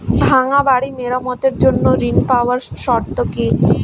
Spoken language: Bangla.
ভাঙ্গা বাড়ি মেরামতের জন্য ঋণ পাওয়ার শর্ত কি?